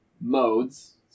modes